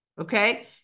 Okay